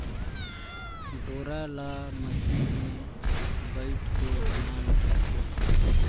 डोरा ल मसीन मे बइट के बनाल जाथे